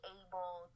able